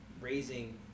raising